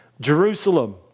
Jerusalem